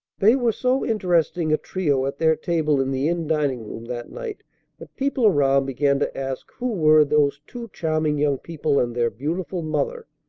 they were so interesting a trio at their table in the inn dining-room that night that people around began to ask who were those two charming young people and their beautiful mother.